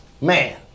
Man